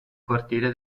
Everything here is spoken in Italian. cortile